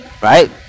right